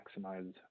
maximize